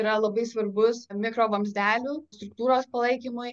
yra labai svarbus mikrovamzdelių struktūros palaikymui